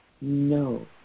No